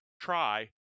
try